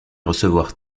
recevoir